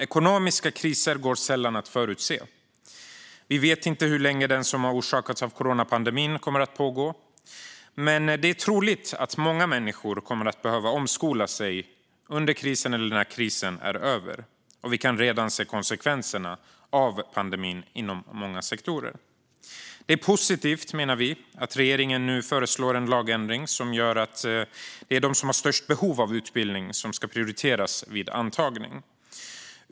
Ekonomiska kriser går sällan att förutse. Vi vet inte hur länge den som har orsakats av coronapandemin kommer att pågå. Men det är troligt att många människor kommer att behöva omskola sig under krisen eller när krisen är över. Vi kan redan se konsekvenserna av pandemin inom många sektorer. Det är positivt, menar vi, att regeringen nu föreslår en lagändring som gör att det är de som har störst behov av utbildning som ska prioriteras vid antagning.